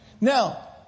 Now